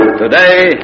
Today